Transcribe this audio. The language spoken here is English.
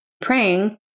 praying